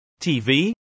TV